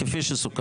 כפי שסוכם.